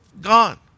gone